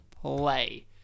play